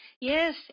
Yes